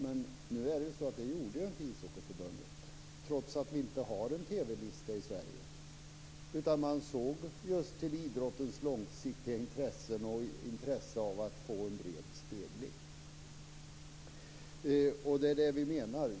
Men det gjorde inte Ishockeyförbundet, trots att vi inte har en TV-lista i Sverige. Man såg just till idrottens långsiktiga intressen och intresset av att få en bred spegling. Det är det vi menar.